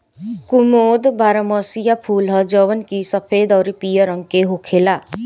कुमुद बारहमसीया फूल ह जवन की सफेद अउरी पियर रंग के होखेला